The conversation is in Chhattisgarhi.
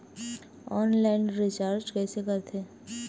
ऑनलाइन रिचार्ज कइसे करथे?